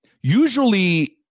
usually